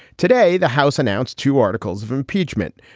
today, the house announced two articles of impeachment.